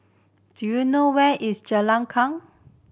do you know where is Jalan Kuang